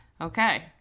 okay